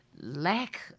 Lack